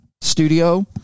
studio